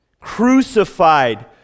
crucified